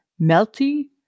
melty